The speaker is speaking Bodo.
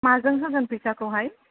माजों होगोन फैसाखौहाय